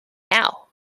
now